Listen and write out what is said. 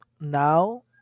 now